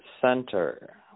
center